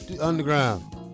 Underground